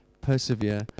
Persevere